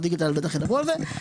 מערך הדיגיטל בטח ידברו על זה,